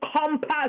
compass